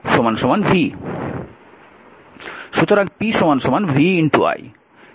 সুতরাং p vi